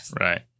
Right